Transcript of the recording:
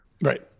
Right